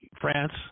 France